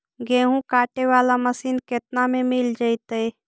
गेहूं काटे बाला मशीन केतना में मिल जइतै?